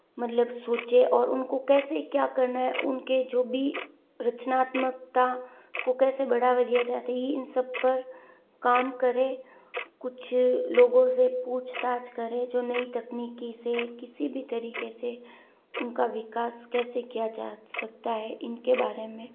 मतलब सोंचे और उनको कैसे क्या करना है उनके जो भी रचनात्मकता को कैसे बढ़ावा दिया जाता है इन सब पर काम करें कुछ लोगों से पूछताछ करें जो नई तकनीक से किसी भी तरीक़े से उनका विकास कैसे किया जा सकता है इनके बारे में